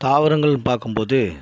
தாவரங்கள்னு பார்க்கும்போது